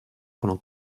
pendant